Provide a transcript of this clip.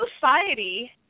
society –